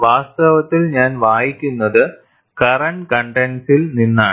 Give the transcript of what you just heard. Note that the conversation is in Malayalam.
വാസ്തവത്തിൽ ഞാൻ വായിക്കുന്നത് കറൻന്റ് കൺടെൻസിൽ നിന്നാണ്